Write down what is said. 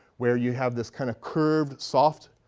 where you have this kind of curved soft